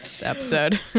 Episode